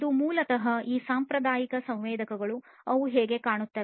ಇದು ಮೂಲತಃ ಈ ಸಾಂಪ್ರದಾಯಿಕ ಸಂವೇದಕಗಳು ಅವು ಹೇಗೆ ಕಾಣುತ್ತವೆ